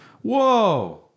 Whoa